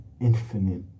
infinite